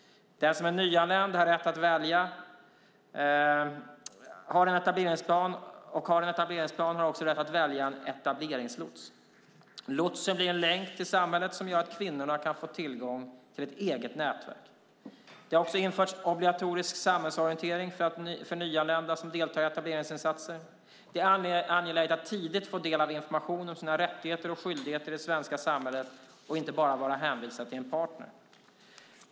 Den som är nyanländ och har en etableringsplan har också rätt att välja en etableringslots. Lotsen blir en länk till samhället som gör att kvinnorna kan få tillgång till ett eget nätverk. Det har också införts obligatorisk samhällsorientering för nyanlända som deltar i etableringsinsatser. Det är angeläget att tidigt få ta del av information om sina rättigheter och skyldigheter i det svenska samhället och inte bara vara hänvisad till en partner.